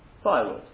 Firewood